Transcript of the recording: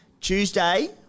Tuesday